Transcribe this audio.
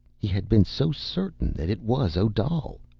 he had been so certain that it was odal.